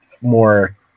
more